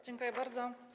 Dziękuję bardzo.